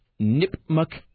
Nipmuc